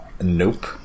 Nope